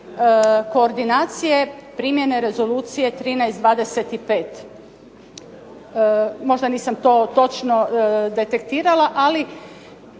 koordinacije primjene Rezolucije 13/25. Možda nisam to točno detektirala, ali